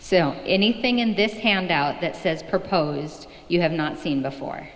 so anything in this handout that says proposed you have not seen before